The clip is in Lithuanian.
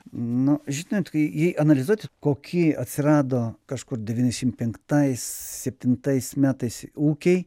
nu žinot kai jei analizuoti koki atsirado kažkur devyniasdešimt penktais septintais metais ūkiai